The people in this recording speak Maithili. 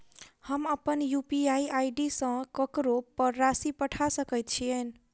हम अप्पन यु.पी.आई आई.डी सँ ककरो पर राशि पठा सकैत छीयैन?